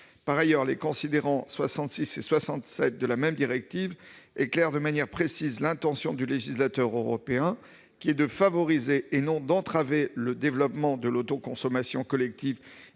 Par ailleurs, les considérants 66 et 67 de la même directive éclairent de manière précise l'intention du législateur européen, qui est de favoriser et non d'entraver le développement de l'autoconsommation collective,